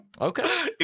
Okay